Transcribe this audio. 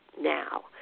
now